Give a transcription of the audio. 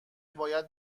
باید